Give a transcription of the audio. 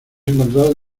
encontrado